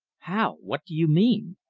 how? what do you mean?